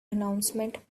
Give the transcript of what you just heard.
announcement